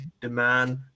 demand